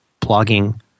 blogging